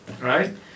right